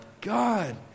God